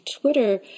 Twitter